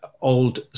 old